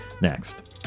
next